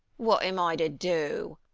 what am i to do?